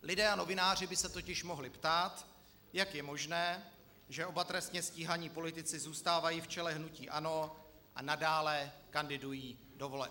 Lidé a novináři by se totiž mohli ptát, jak je možné, že oba trestně stíhaní politici zůstávají v čele hnutí ANO a nadále kandidují do voleb.